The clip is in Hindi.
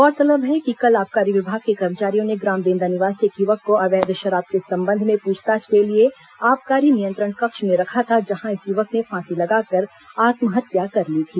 गौरतलब है कि कल आबकारी विभाग के कर्मचारियों ने ग्राम बेंदा निवासी एक युवक को अवैध शराब के संबंध में पूछताछ के लिए आबकारी नियंत्रण कक्ष में रखा था जहां इस युवक ने फांसी लगाकर आत्महत्या कर ली थी